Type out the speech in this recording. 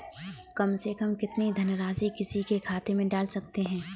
कम से कम कितनी धनराशि किसी के खाते में डाल सकते हैं?